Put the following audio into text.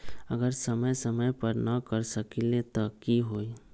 अगर समय समय पर न कर सकील त कि हुई?